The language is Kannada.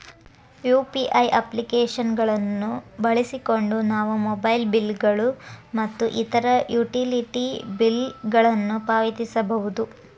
ಯು.ಪಿ.ಐ ಅಪ್ಲಿಕೇಶನ್ ಗಳನ್ನು ಬಳಸಿಕೊಂಡು ನಾವು ಮೊಬೈಲ್ ಬಿಲ್ ಗಳು ಮತ್ತು ಇತರ ಯುಟಿಲಿಟಿ ಬಿಲ್ ಗಳನ್ನು ಪಾವತಿಸಬಹುದು